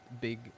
big